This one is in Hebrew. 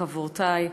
חברותי,